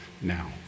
now